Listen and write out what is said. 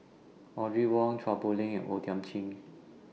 Audrey Wong Chua Poh Leng and O Thiam Chin